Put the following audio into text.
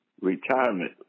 retirement